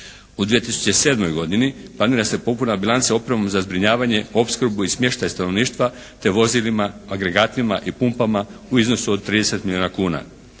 U 2007. godini planira se popuna bilanca opremom za zbrinjavanje, opskrbu i smještaj stanovništva te vozilima, agregatima i pumpama u iznosu od 30 milijona kuna.